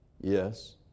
Yes